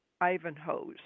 Ivanhoe's